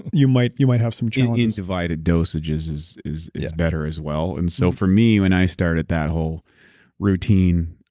you might you might have some challenge in divided dosages is is yeah better as well. and so for me, when i started that whole routine,